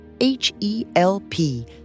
H-E-L-P